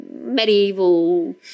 medieval